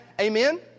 amen